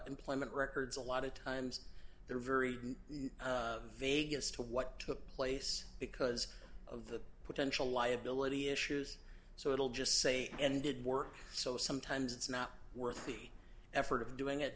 employment records a lot of times they're very vague as to what took place because of the potential liability issues so it'll just say ended work so sometimes it's not worth the effort of doing it